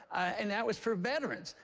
and that was for veterans.